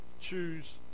choose